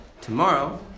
Tomorrow